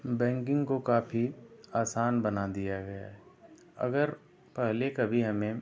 banking को काफ़ी आसान बना दिया गया है अगर पहले कभी हमें